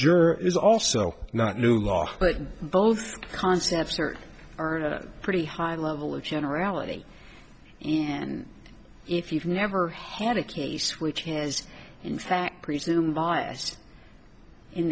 juror is also not new law but both concepts are earning a pretty high level of generality and if you've never had a case which has in fact presumed biased in